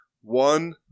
One